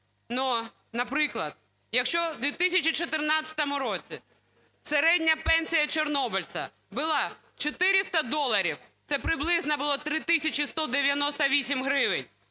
Наприклад, якщо в 2014 році середня пенсія чорнобильця була 400 доларів, це приблизно було 3198 гривень,